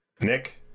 Nick